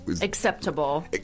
Acceptable